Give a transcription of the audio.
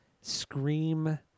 scream